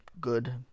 good